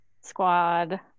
squad